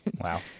wow